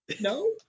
No